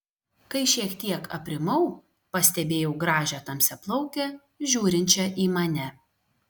kai šiek tiek aprimau pastebėjau gražią tamsiaplaukę žiūrinčią į mane